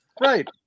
Right